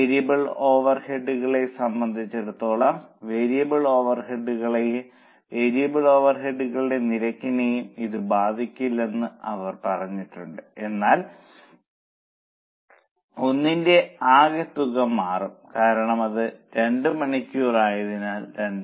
variable ഓവർഹെഡുകളെ സംബന്ധിച്ചിടത്തോളം variable ഓവർഹെഡുകളെയും വേരിയബിൾ ഓവർഹെഡുകളുടെ നിരക്കിനെയും ഇത് ബാധിക്കില്ലെന്ന് അവർ പറഞ്ഞിട്ടുണ്ട് എന്നാൽ ഒന്നിന്റെ ആകെ തുക മാറും കാരണം അത് 2 മണിക്കൂർ ആയതിനാൽ 2